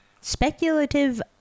speculative